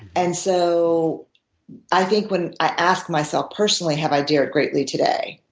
and so i think when i ask myself personally, have i dared greatly today,